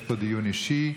יש פה דיון אישי.